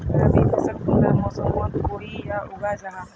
रवि फसल कुंडा मोसमोत बोई या उगाहा जाहा?